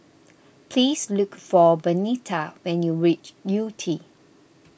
please look for Benita when you reach Yew Tee